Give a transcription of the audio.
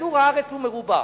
שכדור-הארץ הוא מרובע.